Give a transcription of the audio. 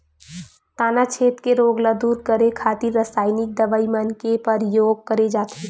तनाछेद के रोग ल दूर करे खातिर रसाइनिक दवई मन के परियोग करे जाथे